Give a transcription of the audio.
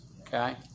okay